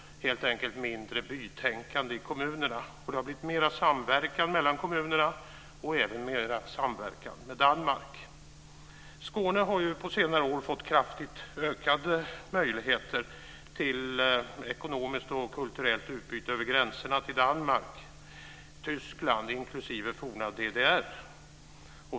Det har helt enkelt blivit mindre bytänkande i kommunerna. Det har blivit mer samverkan mellan kommunerna och även mer samverkan med Danmark. Skåne har på senare år fått kraftigt ökade möjligheter till ekonomiskt och kulturellt utbyte över gränserna - till Danmark och Tyskland inklusive det forna DDR.